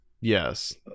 yes